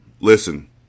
listen